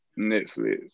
Netflix